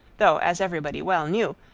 though, as everybody well knew,